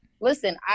listen